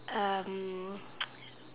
um